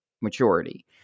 maturity